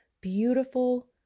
beautiful